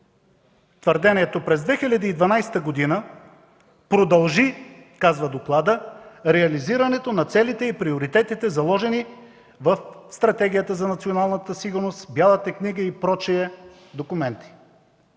твърдение: „През 2012 г. продължи – казва докладът – реализирането на целите и приоритети, заложени в Стратегията за националната сигурност, Бялата книга и прочее документи”.